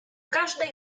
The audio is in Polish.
każdej